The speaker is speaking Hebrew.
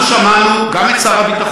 אנחנו שמענו גם את שר הביטחון,